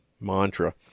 mantra